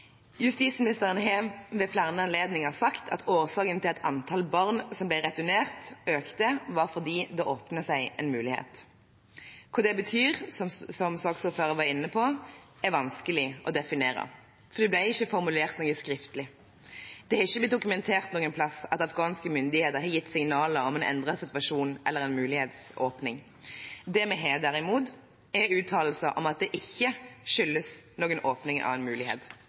Justisministeren har ved flere anledninger sagt at årsaken til at antallet barn som ble returnert, økte, var at det åpnet seg en mulighet. Hva det betyr – som saksordføreren var inne på – er vanskelig å definere, for det ble ikke formulert noe skriftlig. Det har ikke blitt dokumentert noe sted at afghanske myndigheter har gitt signaler om en endret situasjon eller en mulighetsåpning. Det vi har, derimot, er uttalelser fra sjefen i PU om at det ikke skyldes noen åpning av en mulighet.